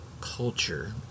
culture